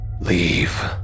Leave